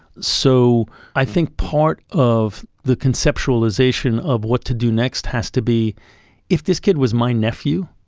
so i think part of the conceptualisation of what to do next has to be if this kid was my nephew,